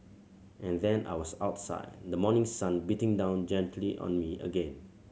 and then I was outside the morning sun beating down gently on me again